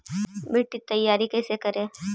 मिट्टी तैयारी कैसे करें?